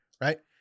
right